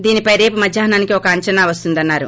దీనిపై రేపు మధ్యాహ్నానికి ఒక అంచనా వస్తుందన్నారు